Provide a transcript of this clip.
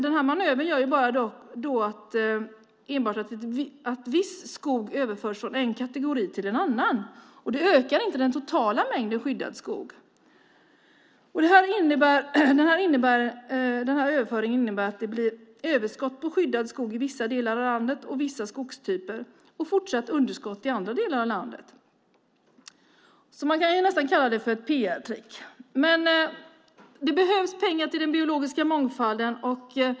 Den här manövern gör bara att viss skog överförs från en kategori till en annan. Det ökar inte den totala mängden skyddad skog. Denna överföring innebär att det blir överskott på skyddad skog i vissa delar av landet och för vissa skogstyper och fortsatt underskott i andra delar av landet. Man kan nästan kalla det för ett PR-trick. Det behövs pengar till den biologiska mångfalden.